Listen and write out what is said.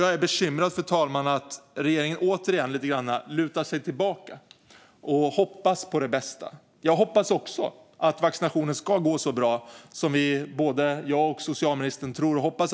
Jag är bekymrad över att regeringen åter lutar sig tillbaka lite grann och hoppas på det bästa. Jag hoppas också att regionerna ska klara av vaccinationen så bra som socialministern tror och hoppas.